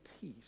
peace